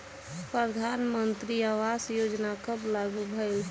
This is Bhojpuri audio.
प्रधानमंत्री आवास योजना कब लागू भइल?